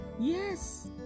yes